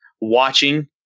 watching